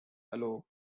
allow